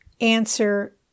answer